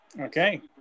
Okay